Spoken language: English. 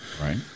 Right